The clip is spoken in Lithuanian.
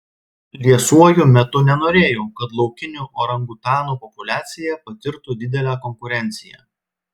liesuoju metu nenorėjau kad laukinių orangutanų populiacija patirtų didelę konkurenciją